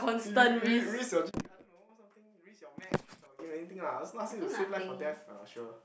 r~ r~ risk your g_p I don't know something risk your maths risk your anything lah also not ask you to say life or death ah sure